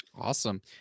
awesome